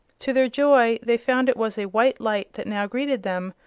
to their joy they found it was a white light that now greeted them,